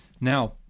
Now